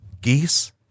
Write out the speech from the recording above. Geese